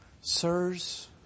sirs